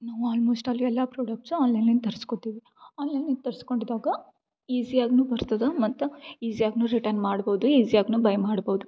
ನಾವು almost all ಎಲ್ಲ products ಆನ್ಲೈನ್ಯಿಂದ ತರಿಸ್ಕೋತೀವಿ ಆನ್ಲೈನ್ಯಿಂದ ತರಿಸ್ಕೊಂಡಿದಾಗ ಈಸಿಯಾಗು ಬರ್ತದೆ ಮತ್ತು ಈಜಿ಼ಯಾಗು ರಿಟನ್ ಮಾಡ್ಬೋದು ಈಜಿ಼ಯಾಗು ಬೈ ಮಾಡ್ಬೋದು